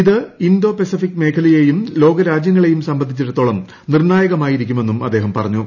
ഇത് Indo Pacific മേഖലയേയും ലോകരാജ്യങ്ങളേയും സംബന്ധിച്ചിടത്തോളം നിർണ്ണായകമായിരിക്കുമെന്നും അദ്ദേഹം പറഞ്ഞു